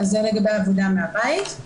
זה לגבי העבודה מהבית.